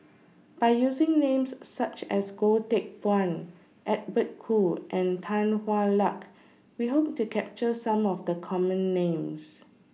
By using Names such as Goh Teck Phuan Edwin Koo and Tan Hwa Luck We Hope to capture Some of The Common Names